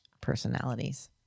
personalities